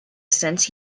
since